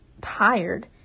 tired